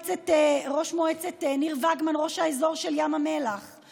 ראש האזור של ים המלח ניר ונגר,